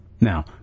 Now